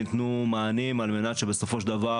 ניתנו מענים על מנת שבסופו של דבר